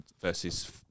versus